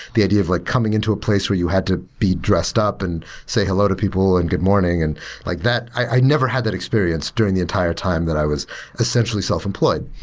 the idea of like coming into a place where you had to be dressed up and say hello to people and good morning and like that. i never had that experience during the entire time that i was essentially self-employed.